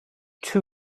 too